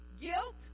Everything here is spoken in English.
Guilt